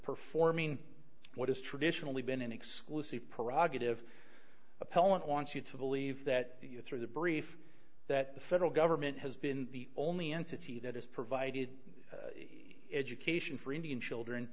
performing what has traditionally been an exclusive parag of appellant wants you to believe that you threw the brief that the federal government has been the only entity that has provided education for indian children